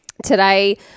Today